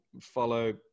follow